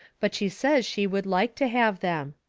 but she says she would like to have them.